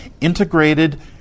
integrated